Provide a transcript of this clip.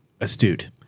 Astute